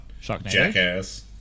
Jackass